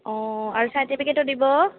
অঁ আৰু চাৰ্টিফিকেটো দিব